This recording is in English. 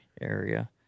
area